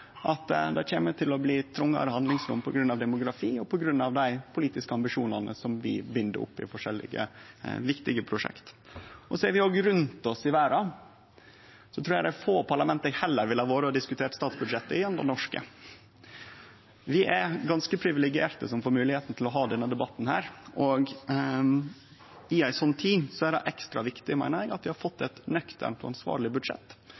at det kjem til å bli trongare handlingsrom på grunn av demografi og på grunn av dei politiske ambisjonane som vi bind opp i forskjellige viktige prosjekt. Ser vi rundt oss i verda, trur eg det er få parlament eg heller ville ha vore og diskutert statsbudsjettet i enn det norske. Vi er ganske privilegerte som får moglegheit til å ha denne debatten. I ei slik tid er det ekstra viktig, meiner eg, at vi har fått eit nøkternt og ansvarleg budsjett,